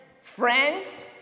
Friends